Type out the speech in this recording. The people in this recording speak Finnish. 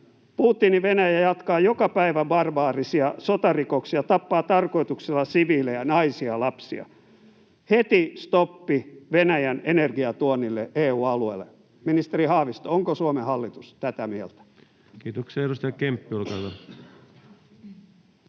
Putin ja Venäjä jatkavat joka päivä barbaarisia sotarikoksia, tappavat tarkoituksella siviilejä, naisia ja lapsia. Heti stoppi Venäjän energiatuonnille EU-alueelle. Ministeri Haavisto, onko Suomen hallitus tätä mieltä? Kiitoksia. — Edustaja Kemppi, olkaa hyvä.